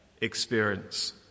experience